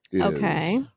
Okay